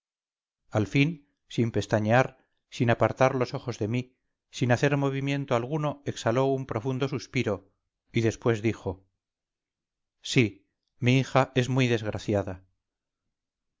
al fin sin pestañear sin apartar los ojos de mí sin hacer movimiento alguno exhaló un profundo suspiro y después dijo sí mi hija es muy desgraciada